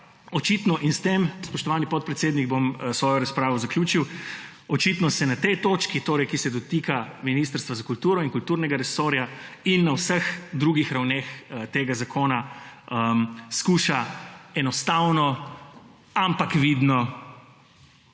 očitno, in s tem, spoštovani podpredsednik, bom svojo razpravo zaključil. Očitno se na tej točki, ki se dotika Ministrstva za kulturo in kulturnega resorja in na vseh drugih ravneh tega zakona skuša enostavno, ampak vidno